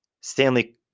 Stanley